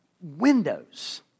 Windows